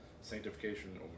sanctification